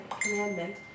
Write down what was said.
commandment